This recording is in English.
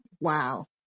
Wow